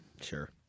Sure